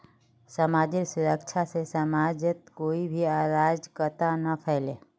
समाजेर सुरक्षा से समाजत कोई भी अराजकता ना फैले